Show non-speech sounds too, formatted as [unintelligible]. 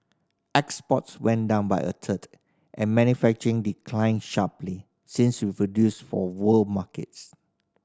exports went down by a third and [unintelligible] declined sharply since we produced for world markets